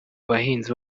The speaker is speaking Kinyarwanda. bahinzi